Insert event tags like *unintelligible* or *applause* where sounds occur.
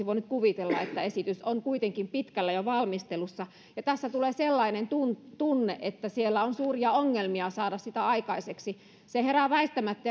*unintelligible* voinut kuvitella että esitys on kuitenkin jo pitkällä valmistelussa tässä tulee sellainen tunne että siellä on suuria ongelmia saada sitä aikaiseksi se herää väistämättä *unintelligible*